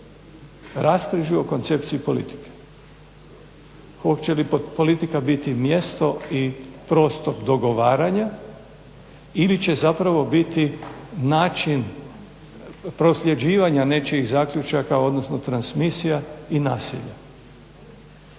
raskrižju o koncepciji politike. Hoće li politika biti mjesto i prostor dogovaranja ili će biti način prosljeđivanja nečijih zaključaka odnosno transmisija i nasilja?